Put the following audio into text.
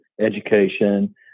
education